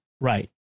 Right